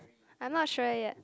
I'm not sure yet